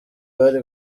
bari